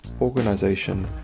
organization